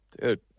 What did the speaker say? dude